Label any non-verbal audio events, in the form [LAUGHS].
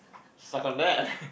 suck on that [LAUGHS]